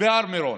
בהר מירון.